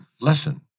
lesson